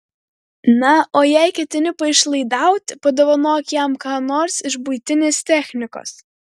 na o jei ketini paišlaidauti padovanok jam ką nors iš buitinės technikos